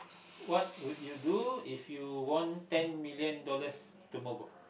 what would you do if you won ten million dollars tomorrow